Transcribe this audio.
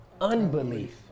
unbelief